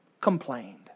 complained